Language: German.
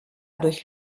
durch